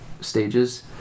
stages